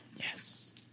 Yes